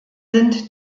sind